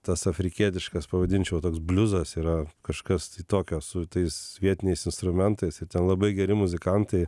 tas afrikietiškas pavadinčiau toks bliuzas yra kažkas tokio su tais vietiniais instrumentais ir ten labai geri muzikantai